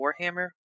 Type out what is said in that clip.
warhammer